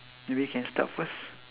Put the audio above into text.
maybe you can start first